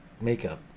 makeup